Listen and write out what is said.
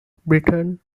briton